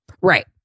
Right